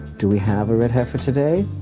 do we have a red heifer today?